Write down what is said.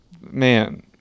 man